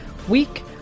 week